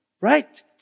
Right